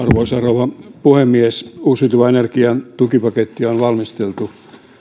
arvoisa rouva puhemies uusiutuvan energian tukipakettia on valmisteltu